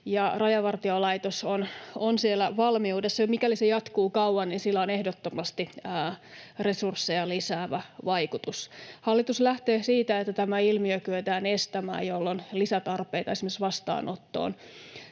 Rajavartiolaitos on siellä valmiudessa, sillä on ehdottomasti resursseja lisäävä vaikutus. Hallitus lähtee siitä, että tämä ilmiö kyetään estämään, jolloin lisätarpeita esimerkiksi vastaanottoon